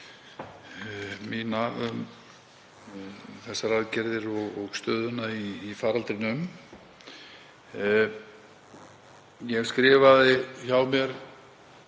mína um þessar aðgerðir og stöðuna í faraldrinum. Ég skrifaði hjá mér